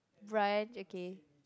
brunch okay